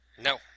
No